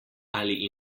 ali